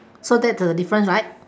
so that's the difference right